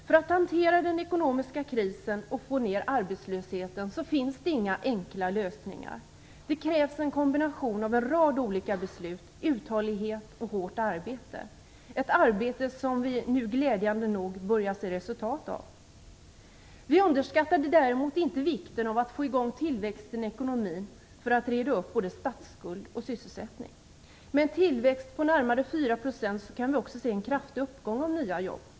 För att hantera den ekonomisk krisen och få ned arbetslösheten finns det inga enkla lösningar. Det krävs en kombination av en rad olika beslut, uthållighet och hårt arbete - ett arbete som vi nu glädjande nog börjar se resultat av. Vi underskattade däremot inte vikten av att få i gång tillväxten i ekonomin för att reda upp både statsskuld och sysselsättning. Med en tillväxt på närmare 4 % kan vi också se en kraftig uppgång av nya jobb.